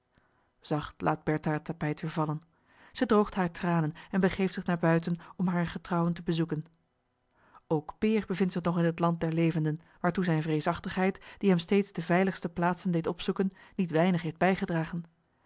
zacht laat bertha het tapijt weer vallen zij droogt hare tranen en begeeft zich naar buiten om hare getrouwen te bezoeken ook peer bevindt zich nog in het land der levenden waartoe zijne vreesachtigheid die hem steeds de veiligste plaatsen deed opzoeken niet weinig heeft bijgedragen